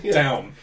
down